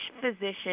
physician